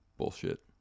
Bullshit